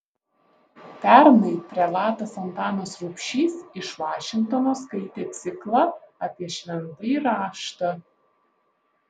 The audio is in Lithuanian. pernai prelatas antanas rubšys iš vašingtono skaitė ciklą apie šventąjį raštą